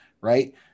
right